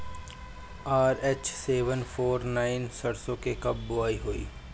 RH seven four nine सरसो के कब बुआई होई?